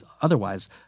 otherwise